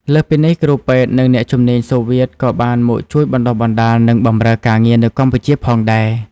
លើសពីនេះ គ្រូពេទ្យ និងអ្នកជំនាញសូវៀតក៏បានមកជួយបណ្តុះបណ្តាល និងបម្រើការងារនៅកម្ពុជាផងដែរ។